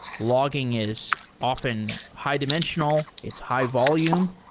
logging is often high-dimensional. it's high volume.